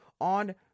on